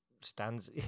Stands